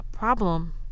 Problem